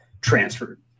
transferred